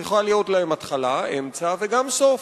צריכים להיות להן התחלה, אמצע וגם סוף.